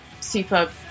super